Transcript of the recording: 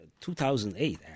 2008